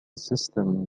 system